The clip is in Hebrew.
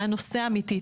מהנושא האמיתי,